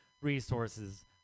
resources